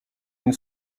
une